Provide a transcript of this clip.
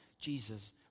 Jesus